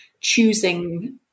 choosing